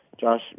Josh